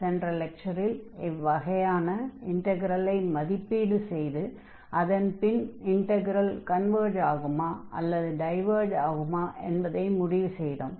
சென்ற லெக்சரில் இவ்வகையான இன்டக்ரலை மதிப்பீடு செய்து அதன் பின் இன்டக்ரல் கன்வர்ஜ் ஆகுமா அல்லது டைவர்ஜ் ஆகுமா என்பதை முடிவு செய்தோம்